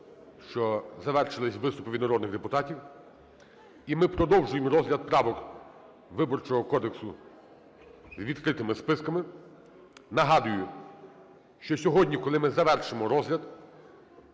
що завершились виступи від народних депутатів. І ми продовжуємо розгляд правок Виборчого кодексу з відкритими списками. Нагадую, що сьогодні, коли ми завершимо розгляд,